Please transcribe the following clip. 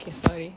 K sorry